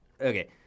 Okay